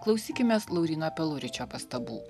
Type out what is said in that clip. klausykimės lauryno peluričio pastabų